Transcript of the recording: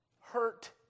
Hurt